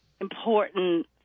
important